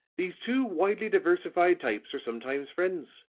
these two widely diversified types are sometimes friends.